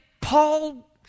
Paul